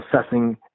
assessing